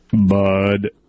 Bud